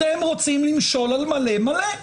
אתם רוצים למשול על מלא-מלא.